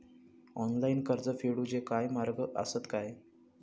Online कर्ज फेडूचे काय मार्ग आसत काय?